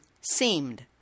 seemed